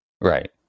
Right